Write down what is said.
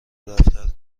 دفتر